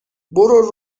برو